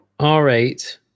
R8